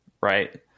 Right